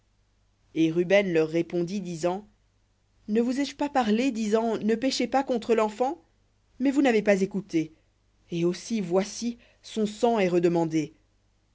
et ruben leur répondit disant ne vous ai-je pas parlé disant ne péchez pas contre l'enfant mais vous n'avez pas écouté et aussi voici son sang est redemandé